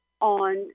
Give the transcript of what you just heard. on